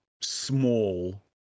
small